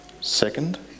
Second